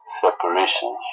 Separation